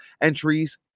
entries